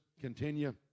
continue